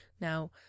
Now